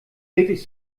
wirklich